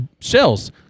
shells